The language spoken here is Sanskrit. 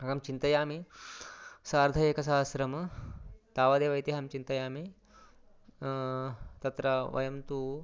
अहं चिन्तयामि सार्धैकसहस्रं तावदेव इति अहं चिन्तयामि अत्र वयं तु